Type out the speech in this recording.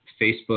Facebook